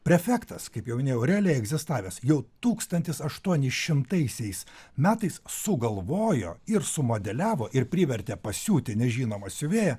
prefektas kaip jau minėjau realiai egzistavęs jau tūstantis aštuoni šimtaisiais metais sugalvojo ir sumodeliavo ir privertė pasiūti nežinomą siuvėją